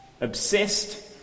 obsessed